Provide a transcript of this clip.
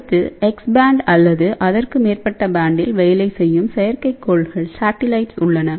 அடுத்து X band அல்லது அதற்கு மேற்பட்ட பேண்டில் வேலை செய்யும் செயற்கைக்கோள்கள் உள்ளன